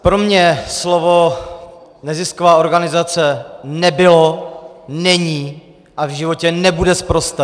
Pro mě slovo nezisková organizace nebylo, není a v životě nebude sprosté.